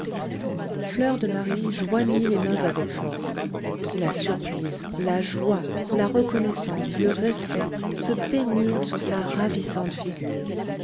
fleur de marie joignit les mains avec force la surprise la joie la reconnaissance le respect se peignirent sur sa ravissante figure